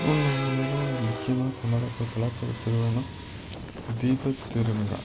திருவண்ணாமலையில் முக்கியமாக கொண்டாடப்படுற கலாச்சார திருவிழான்னா தீபத்திருவிழா